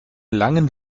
langen